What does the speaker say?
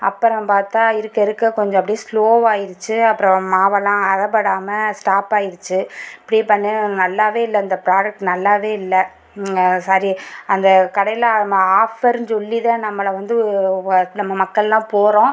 அப்புறம் பார்த்தா இருக்க இருக்க கொஞ்சம் அப்படியே ஸ்லோவாகிருச்சு அப்புறம் மாவல்லாம் அரைப்படாம ஸ்டாப்பாயிருச்சு இப்படியே பண்ண நல்லாவே இல்லை அந்த ப்ராடெக்ட் நல்லாவே இல்லை சரி அந்த கடையில் அதுமாரி ஆஃபர்ன்னு சொல்லி தான் நம்மளை வந்து வ நம்ம மக்கள்லாம் போகிறோம்